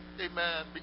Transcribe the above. amen